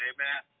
Amen